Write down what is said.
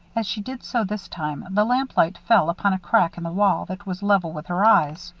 as she did so this time, the lamplight fell upon a crack in the wall that was level with her eyes,